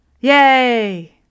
Yay